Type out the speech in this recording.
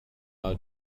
our